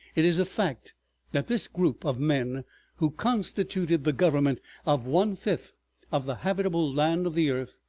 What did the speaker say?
it is a fact that this group of men who constituted the government of one-fifth of the habitable land of the earth,